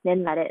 then like that